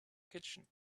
kitchen